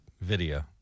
video